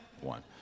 One